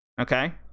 okay